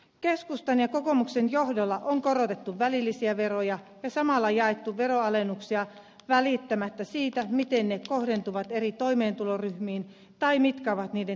keskustan ja kokoomuksen johdolla on korotettu välillisiä veroja ja samalla jaettu veronalennuksia välittämättä siitä miten ne kohdentuvat eri toimeentuloryhmiin tai mitkä ovat niiden työllisyysvaikutukset